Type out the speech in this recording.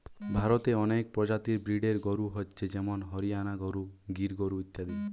ভারতে অনেক প্রজাতির ব্রিডের গরু হচ্ছে যেমন হরিয়ানা গরু, গির গরু ইত্যাদি